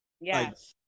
Yes